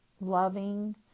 loving